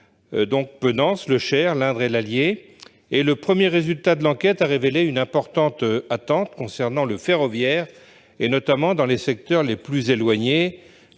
donc peu denses : le Cher, l'Indre et l'Allier. Les premiers résultats de l'enquête ont révélé une importante attente en matière de ferroviaire, notamment dans les secteurs les plus éloignés.